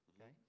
Okay